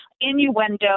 innuendo